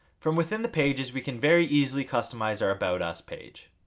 from within the pages we can very easily customize our about us page